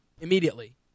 immediately